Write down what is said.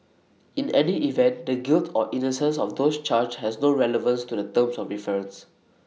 in any event the guilt or innocence of those charged has no relevance to the terms of reference